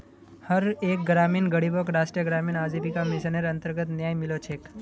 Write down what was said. हर एक ग्रामीण गरीबक राष्ट्रीय ग्रामीण आजीविका मिशनेर अन्तर्गत न्याय मिलो छेक